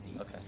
Okay